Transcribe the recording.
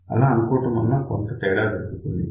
ఇలా అనుకోవడం వలన కొంత తేడా జరుగుతుంది